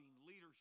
leadership